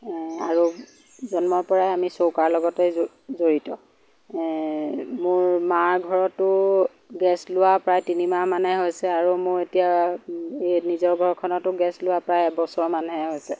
আৰু জন্মৰ পৰাই আমি চৌকাৰ লগতে জড়িত মানে মোৰ মাৰ ঘৰতো গেছ লোৱা প্ৰায় তিনিমাহ মানহে হৈছে আৰু মই এতিয়া নিজৰ ঘৰখনতো গেছ লোৱা প্ৰায় এবছৰ মানহে হৈছে